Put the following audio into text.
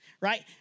right